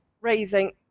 raising